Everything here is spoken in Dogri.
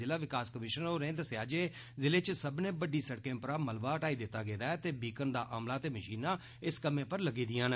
जिला विकास कमिशनर होरें दस्सेआ जे जिले च सब्मने बड्डी सिड़कें परा मलबा हटाई दित्ता गेदा ऐ ते बीकन दा अमला ते मशीनां इस कम्मै पर लग्गी दिआं न